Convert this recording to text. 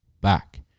back